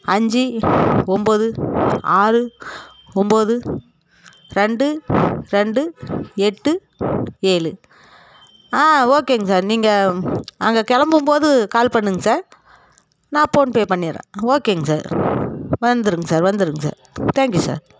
அஞ்சு ஒன்போது ஆறு ஒன்போது ரெண்டு ரெண்டு எட்டு ஏழு ஆ ஓகேங்க சார் நீங்கள் அங்கே கிளம்பும்போது கால் பண்ணுங்க சார் நான் போன்பே பண்ணிடறேன் ஓகேங்க சார் வந்துருங்க சார் வந்துருங்க சார் தேங்க்யூ சார்